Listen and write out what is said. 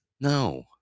No